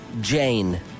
Jane